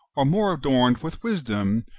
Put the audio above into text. or more adorned with wisdom,